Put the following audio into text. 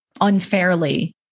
unfairly